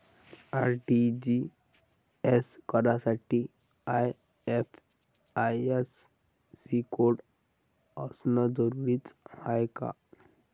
RTGS करासाठी IFSC code असनं जरुरीच हाय का?